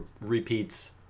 repeats